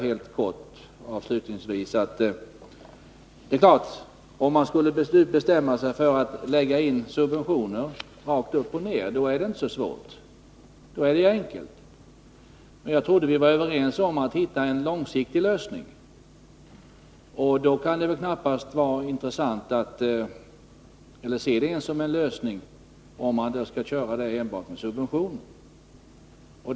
Jag vill avslutningsvis helt kort säga att man gör det enkelt för sig om man utan vidare skulle bestämma sig för att subventionera trafiken. Jag trodde att vi var överens om att finna en långsiktig lösning, och i det perspektivet är subventioner inte någon intressant lösning, eller knappast någon lösning alls.